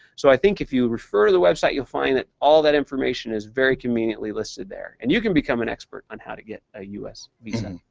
so i think if you refer to the website, you'll find that all that information is very conveniently listed there and you can become an expert on how to get a u s. visa.